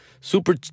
Super